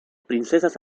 princesas